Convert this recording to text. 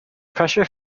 pressure